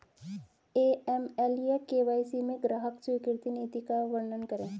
AML या KYC में ग्राहक स्वीकृति नीति का वर्णन करें?